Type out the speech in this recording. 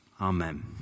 Amen